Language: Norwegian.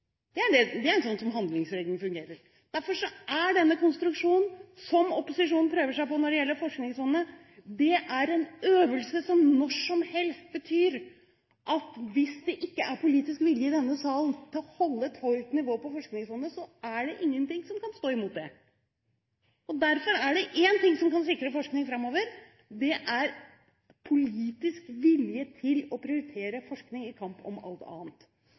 på når det gjelder Forskningsfondet, en øvelse som når som helst betyr at hvis det ikke er politisk vilje i denne salen til å holde et høyt nivå når det gjelder Forskningsfondet, er det ingenting som kan stå imot det. Det er én ting som kan sikre forskning framover, og det er politisk vilje til å prioritere forskning – i kampen om alt annet.